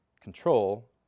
control